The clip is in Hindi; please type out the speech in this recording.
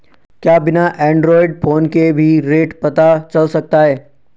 क्या बिना एंड्रॉयड फ़ोन के भी रेट पता चल सकता है?